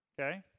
Okay